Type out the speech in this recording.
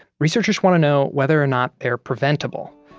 researchers want to know whether or not they're preventable.